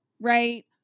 right